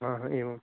हा हा एवं